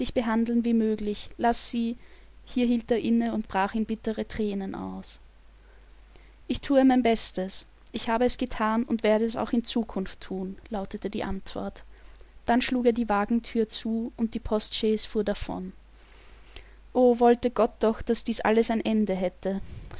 behandeln wie möglich laß sie hier hielt er inne und brach in bittere thränen aus ich thue mein bestes ich habe es gethan und werde es auch in zukunft thun lautete die antwort dann schlug er die wagenthür zu und die postchaise fuhr davon o wollte gott doch daß dies alles ein ende hätte